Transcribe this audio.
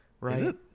right